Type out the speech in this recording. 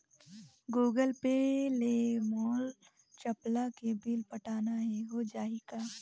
Google Pay ले मोल चपला के बिल पटाना हे, हो जाही का?